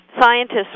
scientists